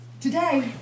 Today